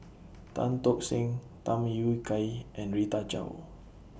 Tan Tock Seng Tham Yui Kai and Rita Chao